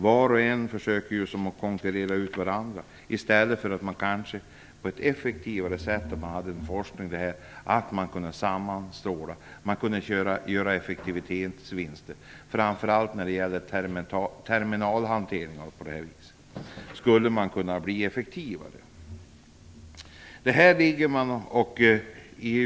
Var och en försöker konkurrera ut de andra i stället för att kanske bedriva forskning på ett effektivare sätt och kunna sammanstråla och göra effektivitetsvinster. Det gäller framför allt terminalhantering. Där skulle man kunna bli effektivare.